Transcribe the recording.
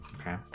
okay